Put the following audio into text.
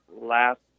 last